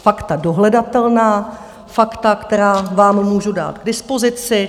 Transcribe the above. Fakta dohledatelná, fakta, která vám můžu dát k dispozici.